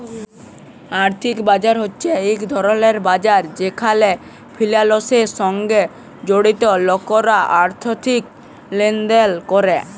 আর্থিক বাজার হছে ইক ধরলের বাজার যেখালে ফিলালসের সঙ্গে জড়িত লকরা আথ্থিক লেলদেল ক্যরে